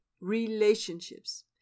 Relationships